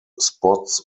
spots